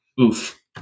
Oof